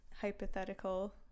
hypothetical